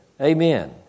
amen